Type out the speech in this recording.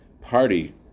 party